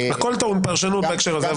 הכול טעון פרשנות בהקשר הזה.